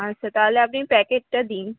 আচ্ছা তাহলে আপনি প্যাকেটটা দিন